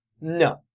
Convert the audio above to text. No